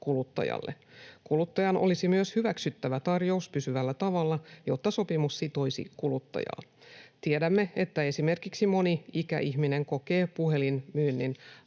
kuluttajalle. Kuluttajan olisi myös hyväksyttävä tarjous pysyvällä tavalla, jotta sopimus sitoisi kuluttajaa. Tiedämme, että esimerkiksi moni ikäihminen kokee puhelinmyynnin